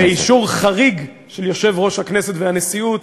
באישור חריג של יושב-ראש הכנסת והנשיאות,